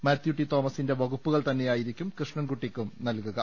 മാത്യു ടി തോമസിന്റെ വകുപ്പുകൾ തന്നെ യായിക്കും കൃഷ്ണൻകുട്ടിക്കും നല്കുക